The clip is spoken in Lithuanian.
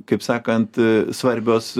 kaip sakant svarbios